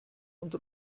und